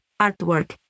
artwork